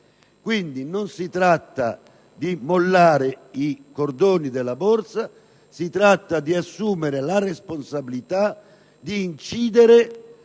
Quindi, non si tratta di mollare i cordoni della borsa, bensì di assumere la responsabilità di incidere